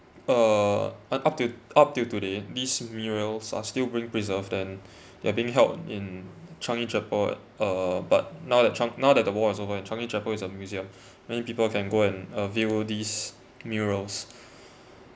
uh and up to up to today these murals are still being preserved and they are being held in changi chapel uh but now that chan~ now that the war is over and changi chapel is a museum many people can go and uh view these murals